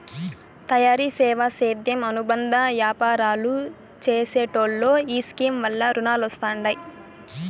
తయారీ, సేవా, సేద్యం అనుబంద యాపారాలు చేసెటోల్లో ఈ స్కీమ్ వల్ల రునాలొస్తండాయి